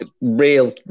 Real